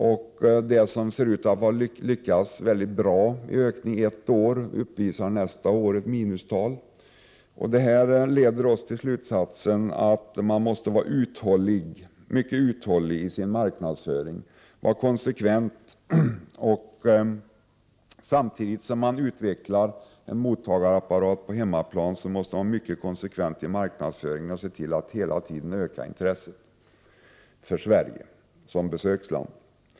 Och det som uppvisar en ökning ett år kan nästa år uppvisa en minskning. Detta leder till slutsatsen att man måste vara mycket uthållig i maknadsföringen och vara konsekvent. Samtidigt som man utvecklar en mottagarapparat på hemmaplan, måste man vara mycket konsekvent i marknadsföringen och se till att hela tiden öka intresset för Sverige som besöksland.